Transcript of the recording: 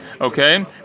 okay